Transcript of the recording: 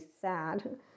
sad